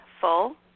full